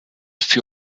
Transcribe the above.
für